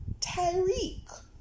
Tyreek